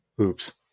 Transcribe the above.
Oops